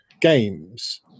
games